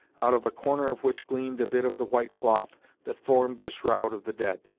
out of a corner of which gleamed a bit of the white cloth that formed the shroud of the dead.